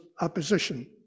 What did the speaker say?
opposition